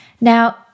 Now